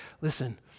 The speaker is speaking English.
listen